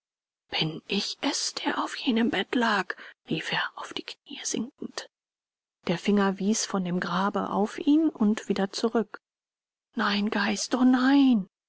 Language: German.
bin ich es der auf jenem bett lag rief er auf die kniee sinkend der finger wies von dem grabe auf ihn und wieder zurück nein geist o nein